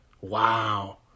Wow